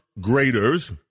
graders